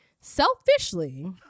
Selfishly